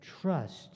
trust